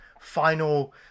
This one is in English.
final